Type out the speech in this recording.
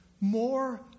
more